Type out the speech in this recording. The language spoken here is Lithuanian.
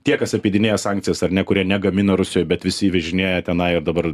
tie kas apeidinėja sankcijas ar ne kurie negamina rusijoj bet visi įvežinėja tenai ir dabar